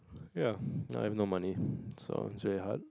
ya now I have no money so it's very hard